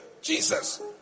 Jesus